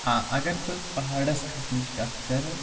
آ اگر بہٕ پہاڑس کھسنٕچ کتھ کرٕ